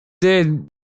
Dude